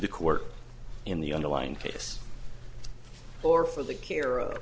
the court in the underlying case or for the care